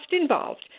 involved